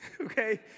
Okay